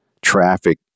traffic